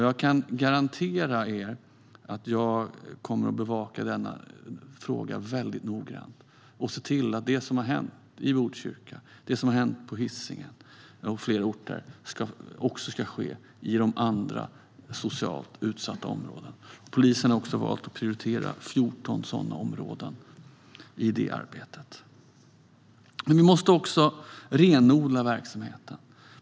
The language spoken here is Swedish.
Jag kan garantera att jag kommer att bevaka denna fråga väldigt noggrant och se till att det som har hänt i Botkyrka, på Hisingen och på fler orter också sker i andra socialt utsatta områden. Polisen har också valt att prioritera 14 sådana områden i det arbetet. Men vi måste också renodla verksamheten.